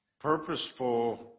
purposeful